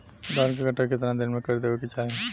धान क कटाई केतना दिन में कर देवें कि चाही?